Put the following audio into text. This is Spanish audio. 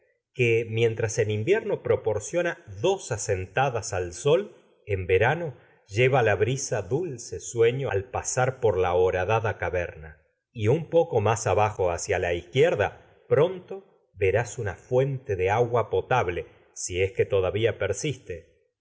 que mientras en invierno proporciona dos sueño asentadas al sol en verano lleva la brisa dulce pasar por hacia la al la horadada caverna y un poco más de ahajo agua izquierda es que con pronto verás una fuente potable si mente todavía persiste